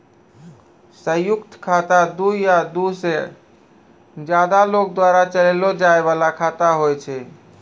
संयुक्त खाता दु या दु से ज्यादे लोगो द्वारा चलैलो जाय बाला खाता होय छै